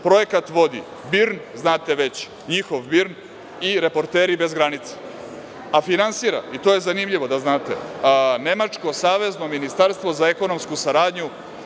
Projekat vodi BIRN, znate već, njihov BIRN, i Reporteri bez granica, a finansira, i to je zanimljivo da znate, nemačko Savezno ministarstvo za ekonomsku saradnju.